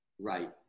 right